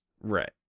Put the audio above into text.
Right